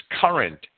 current